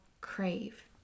crave